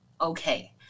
okay